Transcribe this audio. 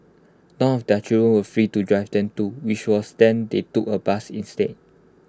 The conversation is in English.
none of their children were free to drive them too which was then they took A bus instead